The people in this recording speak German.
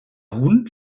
hund